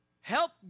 Help